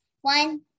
One